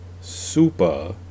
Super